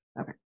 Okay